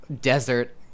desert